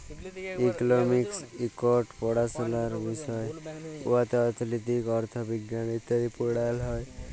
economics ইকট পাড়াশলার বিষয় উয়াতে অথ্থলিতি, অথ্থবিজ্ঞাল ইত্যাদি পড়াল হ্যয়